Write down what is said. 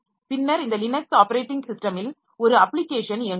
பின்னர் இந்த Linux operating சிஸ்டமில் ஒரு அப்ளிகேஷன் இயங்குகிறது